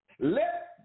Let